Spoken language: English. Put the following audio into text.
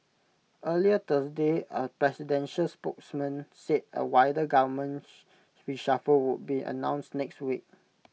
earlier Thursday A presidential spokesman said A wider government reshuffle would be announced next week